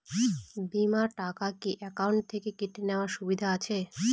বিমার টাকা কি অ্যাকাউন্ট থেকে কেটে নেওয়ার সুবিধা আছে?